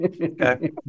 Okay